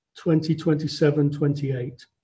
2027-28